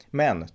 men